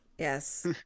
Yes